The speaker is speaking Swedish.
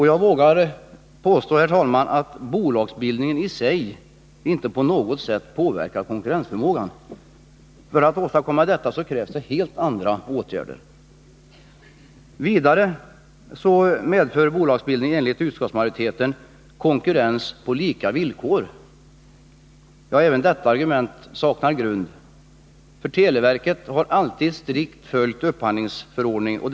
Jag vill, herr talman, påstå att bolagsbild Nr 55 ningen i sig inte påverkar konkurrensförmågan. För att åstadkomma någonting på det området krävs helt andra åtgärder. Vidare medför bolagsbildningen, enligt utskottsmajoriteten, konkurrens pålika villkor. Även dessa argument saknar grund, eftersom televerket alltid strikt har följt upphandlingsförordningen.